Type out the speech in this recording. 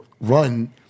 run